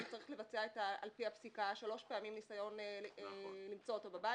אז הוא צריך לבצע על פי הפסיקה שלוש פעמים ניסיון למצוא אותו בבית,